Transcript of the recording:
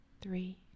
three